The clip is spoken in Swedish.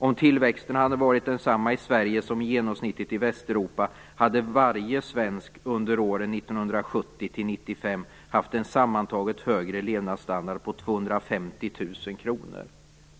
Om tillväxten hade varit densamma i Sverige som genomsnittet i Västeuropa hade varje svensk under åren 1970-95 haft en sammantaget högre levnadsstandard på 250 000 kr.